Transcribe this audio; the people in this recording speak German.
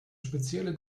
spezielle